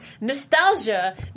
nostalgia